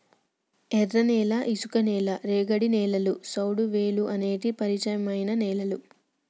ఎర్రనేల, ఇసుక నేల, రేగడి నేలలు, సౌడువేలుఅనేటి పరిచయమైన నేలలు